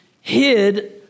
hid